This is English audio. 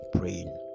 praying